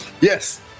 Yes